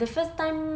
the first time